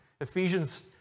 Ephesians